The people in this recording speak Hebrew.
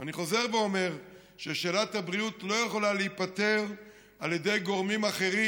ואני חוזר ואומר ששאלת הבריאות לא יכולה להיפתר בידי גורמים אחרים,